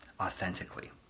authentically